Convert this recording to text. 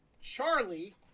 Charlie